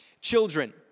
Children